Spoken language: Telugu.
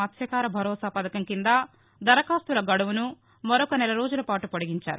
మత్స్వకార భరోసా పథకం కింద దరఖాస్తుల గడుపును మరొక నెలరోజుల పాటు పొడిగించారు